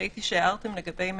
ראיתי שהערתם לגבי מנהל.